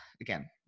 again